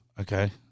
Okay